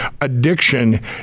addiction